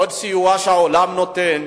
עוד סיוע שהעולם נותן.